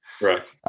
Correct